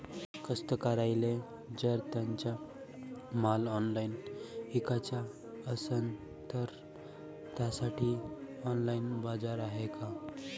कास्तकाराइले जर त्यांचा माल ऑनलाइन इकाचा असन तर त्यासाठी ऑनलाइन बाजार हाय का?